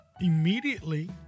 immediately